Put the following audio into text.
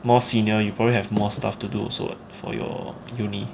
more senior you probably have more stuff to do so for your university